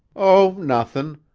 oh, nothin'.